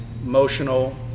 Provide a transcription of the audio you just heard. emotional